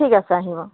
ঠিক আছে আহিম অঁ